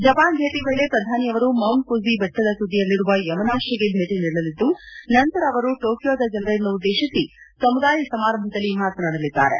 Japan ಭೇಟಿ ವೇಳೆ ಪ್ರಧಾನಿ ಅವರು ಮೌಂಟ್ ಫುಜಿ ಬೆಟ್ಡದ ತುದಿಯಲ್ಲಿರುವ ಯಮನಾಶಿಗೆ ಭೇಟಿ ನೀಡಲಿದ್ದು ನಂತರ ಅವರು ಟೋಕಿಯೋದ ಜನರನ್ನು ಉದ್ದೇಶಿಸಿ ಸಮುದಾಯದ ಸಮಾರಂಭದಲ್ಲಿ ಮಾತನಾಡಲಿದ್ದಾರೆ